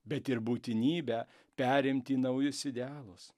bet ir būtinybę perimti naujus idealus